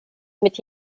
mit